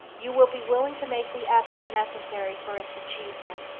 you will be willing to make the effort necessary for its achievement.